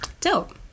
Dope